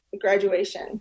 graduation